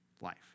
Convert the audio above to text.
life